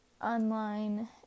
online